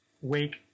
wake